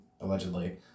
Allegedly